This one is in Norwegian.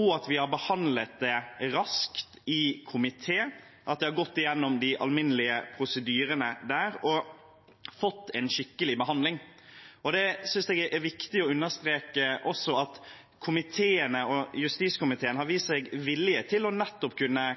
og at vi har behandlet det raskt i komiteen – at det har gått gjennom de alminnelige prosedyrene og fått en skikkelig behandling. Jeg synes det er viktig å understreke at justiskomiteen har vist seg villig til å